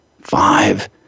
five